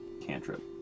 cantrip